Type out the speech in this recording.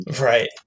right